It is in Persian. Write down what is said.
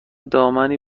دامنی